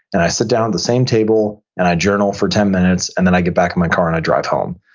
and i sit down at the same table, and i journal for ten minutes, and then i get back in my car, and i drive home.